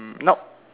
nope